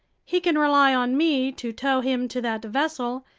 he can rely on me to tow him to that vessel,